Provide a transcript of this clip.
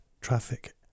traffic